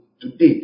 today